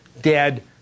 dead